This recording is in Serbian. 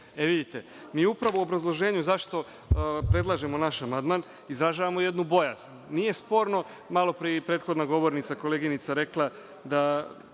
cigareta. Vidite, mi upravo u obrazloženju zašto predlažemo naš amandman izražavamo jednu bojazan. Nije sporno, malopre je i prethodna govornica, koleginica rekla da